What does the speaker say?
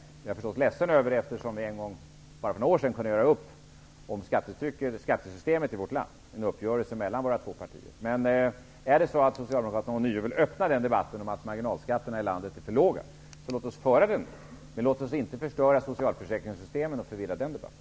Jag är förstås ledsen över det, eftersom vi för bara några år sedan kunde nå en uppgörelse mellan våra två partier om skattesystemet i vårt land. Men om socialdemokraterna ånyo vill öppna debatten om att marginalskatterna i landet är för låga så låt oss föra den. Men låt oss inte förstöra socialförsäkringssystemen och förvirra den debatten.